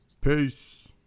peace